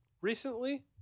recently